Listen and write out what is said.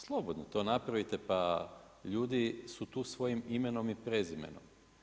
Slobodno to napravite, pa ljudi su tu svojim imenom i prezimenom.